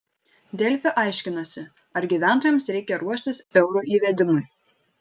delfi aiškinasi ar gyventojams reikia ruoštis euro įvedimui